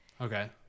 Okay